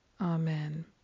Amen